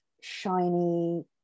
shiny